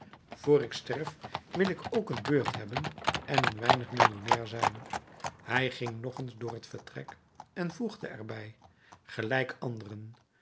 vr ik sterf wil ik ook een beurt hebben en een weinig millionair zijn hij ging nog eens door het vertrek en voegde er bij gelijk anderen